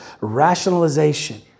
rationalization